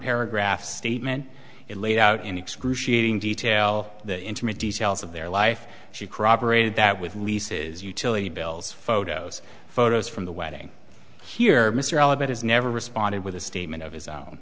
paragraph statement it laid out in excruciating detail the intimate details of their life she crop aerated that with leases utility bills photos photos from the wedding here mr elevators never responded with a statement of